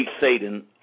Satan